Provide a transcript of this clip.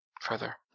further